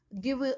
give